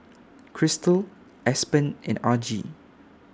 Kristal Aspen and Argie